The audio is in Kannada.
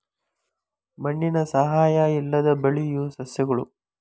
ಮಣ್ಣಿನ ಸಹಾಯಾ ಇಲ್ಲದ ಬೆಳಿಯು ಸಸ್ಯಗಳು